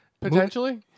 Potentially